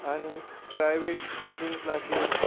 आनी private coaching classes